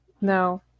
No